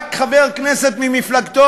רק חבר כנסת ממפלגתו,